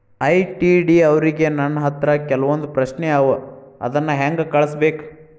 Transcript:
ITD ಅವ್ರಿಗೆ ನನ್ ಹತ್ರ ಕೆಲ್ವೊಂದ್ ಪ್ರಶ್ನೆ ಅವ ಅದನ್ನ ಹೆಂಗ್ ಕಳ್ಸ್ಬೇಕ್?